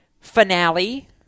finale